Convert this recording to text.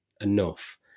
enough